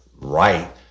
right